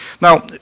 Now